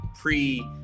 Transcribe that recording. Pre